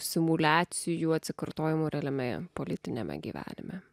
simuliacijų atsikartojimų realiame politiniame gyvenime